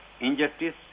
injustice